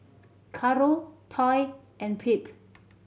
Caro Toy and Phebe